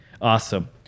Awesome